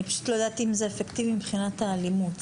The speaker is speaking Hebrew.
אני לא יודעת אם זה אפקטיבי מבחינת האלימות.